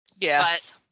Yes